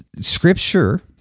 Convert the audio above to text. scripture